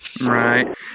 Right